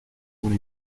con